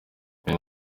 nari